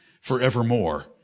forevermore